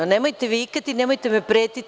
Nemojte vikati, nemojte pretiti.